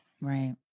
Right